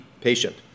patient